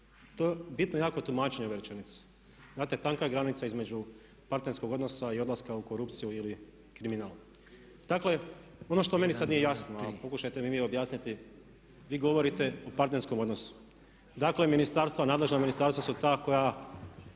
to je bitno jako tumačenje ove rečenice. Znate, tanka je granica između partnerskog odnosa i odlaska u korupciju ili kriminal. Dakle, ono što meni sad nije jasno, a pokušajte mi vi objasniti, vi govorite o partnerskom odnosu. Dakle, nadležna ministarstva su ta koja